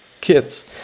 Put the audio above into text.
kids